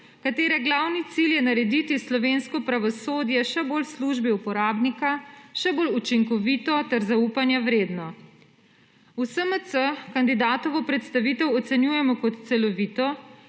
katere glavni cilj je narediti slovensko pravosodje še bolj v službi uporabnika, še bolj učinkovito ter zaupanja vredno. V SMC kandidatovo predstavitev ocenjujemo kot celovito,